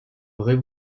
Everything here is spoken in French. vraie